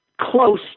close